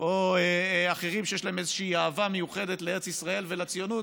או אחרים שיש להם אהבה מיוחדת לארץ ישראל ולציונות,